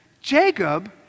Jacob